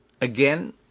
Again